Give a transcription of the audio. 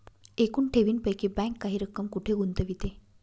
एकूण ठेवींपैकी बँक काही रक्कम कुठे गुंतविते?